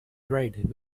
red